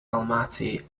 almaty